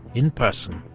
in person.